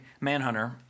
Manhunter